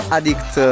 Addict